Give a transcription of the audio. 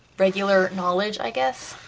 regular knowledge, i guess?